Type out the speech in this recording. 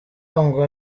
arangwa